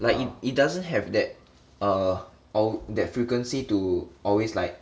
like it it doesn't have that err ou~ that frequency to always like